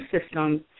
systems